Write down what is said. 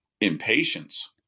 impatience